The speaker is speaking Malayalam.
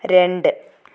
രണ്ട്